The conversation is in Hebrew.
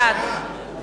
בעד